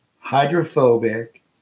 hydrophobic